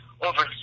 over